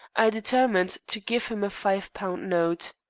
i determined to give him a five-pound note.